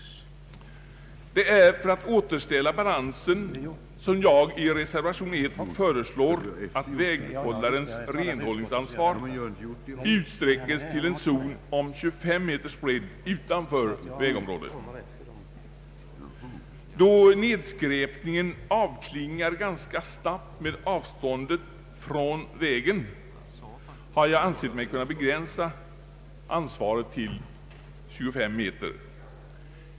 Det är för att återställa balansen som jag i reservation I föreslår att väghållarens renhållningsansvar utsträckes till en zon av 25 meters bredd utanför vägområdet. Då nedskräpningen avklingar ganska snabbt med avståndet från vägen har jag ansett mig kunna begränsa ansvaret till ett område om 25 meter.